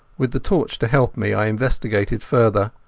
with the torch to help me i investigated further.